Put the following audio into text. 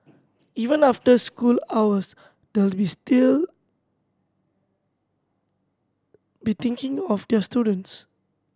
even after school hours they will still be thinking of their students